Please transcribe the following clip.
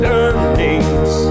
earnings